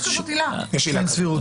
יש עילה כזאת.